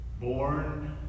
born